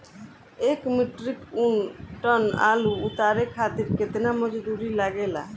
एक metric ton आलू उतारे खातिर केतना मजदूरी लागेला?